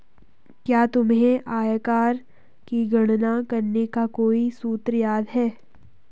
क्या तुम्हें आयकर की गणना करने का कोई सूत्र याद है?